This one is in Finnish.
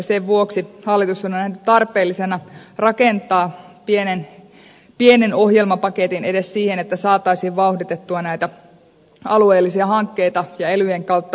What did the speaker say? sen vuoksi hallitus on nähnyt tarpeelliseksi rakentaa pienen ohjelmapaketin edes siihen että saataisiin vauhditettua näitä alueellisia hankkeita ja elyjen kautta rahaa sitten niihin